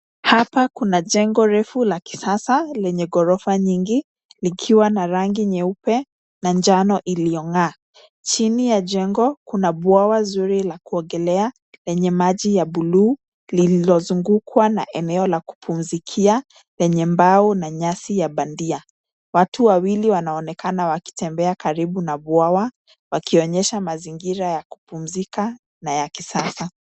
Hapa kuna jengo refu la kisasa lenye ghorofa nyingi, likiwa na rangi nyeupe na njano iliyong'aa. Chini ya jengo kuna bwawa zuri la kuogelea lenye maji ya buluu lililozungukwa na eneo la kupumzikia lenye mbao na nyasi ya bandia. Watu wawili wanaonekana wakitembea karibu na bwawa, wakionyesha mazingira ya kupumzika na ya kisasa.